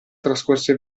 trascorse